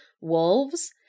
wolves